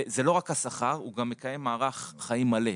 זה לא רק השכר אלא הוא גם מקיים מערך חיים מלא.